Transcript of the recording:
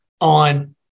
on